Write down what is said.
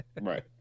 Right